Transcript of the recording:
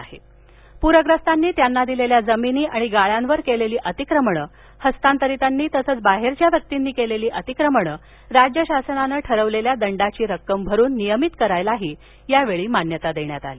तसंच पूरग्रस्तांनी त्यांना दिलेल्या जमिनी आणि गाळ्यांवर केलेली अतिक्रमणे हस्तांतरितांनी तसंचं बाहेरील व्यक्तिंनी केलेली अतिक्रमणे राज्य शासनाने ठरविलेल्या दंडाची रक्कम भरून नियमित करण्यासही यावेळी मान्यता देण्यात आली